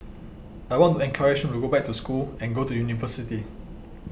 I want to encourage him to go back to school and go to university